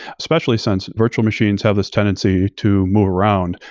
especially since virtual machines have this tendency to move around.